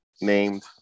named